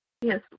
Yes